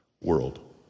world